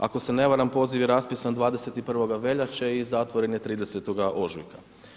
Ako se ne varam poziv je raspisan 21. veljače i zatvoren je 30. ožujka.